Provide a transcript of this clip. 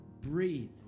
breathe